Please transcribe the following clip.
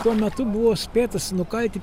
tuo metu buvo spėtas nukalti